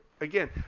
Again